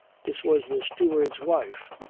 this was the steward's wife,